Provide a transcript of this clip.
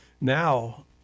now